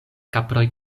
kaproj